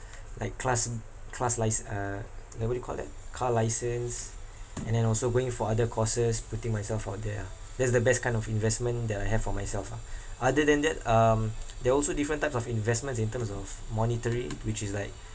like class class lice~ uh uh what do you call that car license and then also going for other courses putting myself out there ah that's the best kind of investment that I have for myself ah other than that um there're also different types of investments in terms of monetary which is like